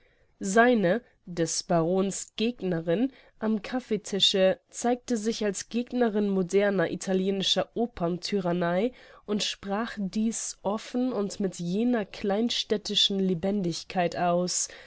seine des barons gegnerin am caffeetische zeigte sich als gegnerin moderner italienischer opern tyrannei und sprach dieß offen und mit jener kleinstädtischen lebendigkeit aus